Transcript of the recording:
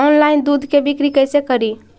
Online दुध के बिक्री कैसे करि?